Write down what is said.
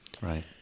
Right